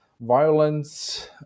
violence